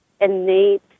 innate